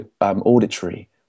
auditory